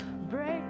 break